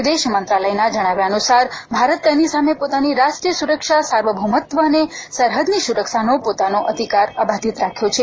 વિદેશ મંત્રાલયના જણાવ્યા અનુસાર ભારત તેની સામે પોતાની રાષ્ટ્રીય સુરક્ષા સાર્વભૌમત્વ અને સરહદની સુરક્ષાનો પોતાનો અધિકાર અબાધિત રાખ્યો છે